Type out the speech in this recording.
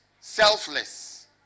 selfless